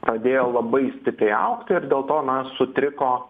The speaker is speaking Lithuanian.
pradėjo labai stipriai augti ir dėl to sutriko